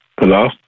Hello